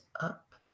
up